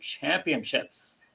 Championships